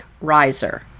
riser